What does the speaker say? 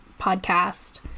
podcast